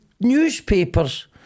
newspapers